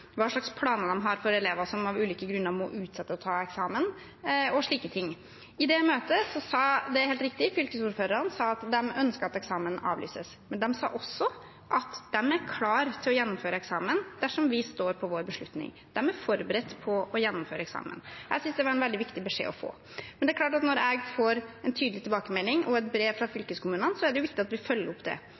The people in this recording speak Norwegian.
hva slags planer de har for elever som av ulike grunner må utsette å ta eksamen, og slike ting. I det møtet sa fylkesordførerne, helt riktig, at de ønsket at eksamen avlyses. Men de sa også at de er klare til å gjennomføre eksamen dersom vi står på vår beslutning. De er forberedt på å gjennomføre eksamen. Jeg synes det var en veldig viktig beskjed å få. Men det er klart at når jeg får en tydelig tilbakemelding og et brev fra fylkeskommunene, er det viktig at vi følger opp det.